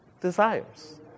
desires